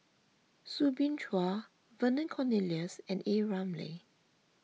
Soo Bin Chua Vernon Cornelius and A Ramli